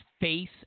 face